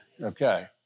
Okay